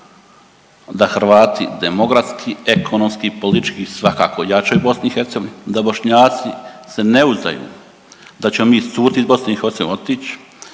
da Hrvati demografski, ekonomski, politički svakako jačaju u BiH, da Bošnjaci se ne uzdaju da ćemo mi iscurit iz BIH, otić.